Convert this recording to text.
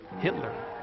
Hitler